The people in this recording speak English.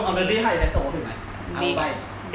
but on that day 它有 laptop 我会买 I will buy